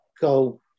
go